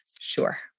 Sure